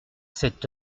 cet